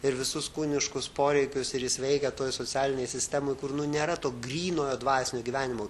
ir visus kūniškus poreikius ir jis veikia toj socialinėj sistemoj kur nu nėra to grynojo dvasinio gyvenimo